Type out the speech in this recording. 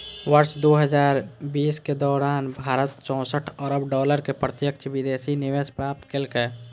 वर्ष दू हजार बीसक दौरान भारत चौंसठ अरब डॉलर के प्रत्यक्ष विदेशी निवेश प्राप्त केलकै